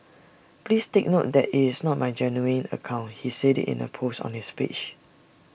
please take note that its not my genuine account he said in A post on his page